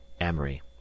Amory